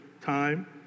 time